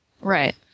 Right